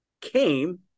came